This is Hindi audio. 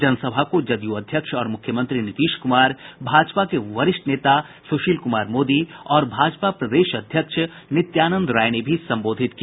जनसभा को जदयू अध्यक्ष और मुख्यमंत्री नीतीश कुमार भाजपा के वरिष्ठ नेता सुशील कुमार मोदी और भाजपा प्रदेश अध्यक्ष नित्यानंद राय ने भी संबोधित किया